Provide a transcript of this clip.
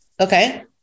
Okay